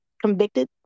convicted